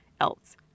else